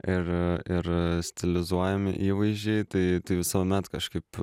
ir ir stilizuojami įvaizdžiai tai visuomet kažkaip